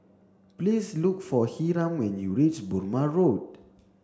please look for Hiram when you reach Burmah Road